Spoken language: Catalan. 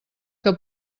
que